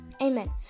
Amen